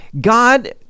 God